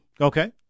Okay